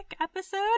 episode